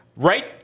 Right